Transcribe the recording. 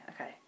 okay